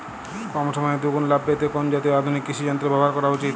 কম সময়ে দুগুন লাভ পেতে কোন জাতীয় আধুনিক কৃষি যন্ত্র ব্যবহার করা উচিৎ?